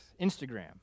Instagram